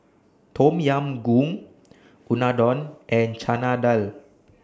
Tom Yam Goong Unadon and Chana Dal